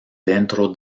dentro